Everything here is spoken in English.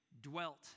dwelt